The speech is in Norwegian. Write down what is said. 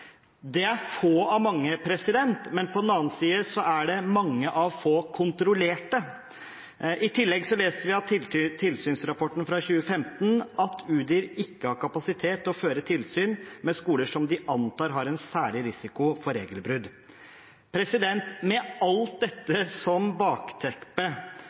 Det er få av mange, men på den annen side er det mange av få kontrollerte. I tillegg leser vi av tilsynsrapporten fra 2015 at Utdanningsdirektoratet, Udir, ikke har kapasitet til å føre tilsyn med skoler som de antar har en særlig risiko for regelbrudd. Med alt dette